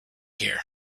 here